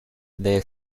their